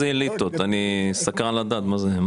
אני סקרן לדעת מה זה אליטות.